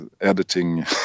editing